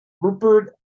rupert